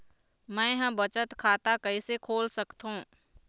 मै ह बचत खाता कइसे खोल सकथों?